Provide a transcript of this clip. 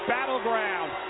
Battleground